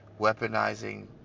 weaponizing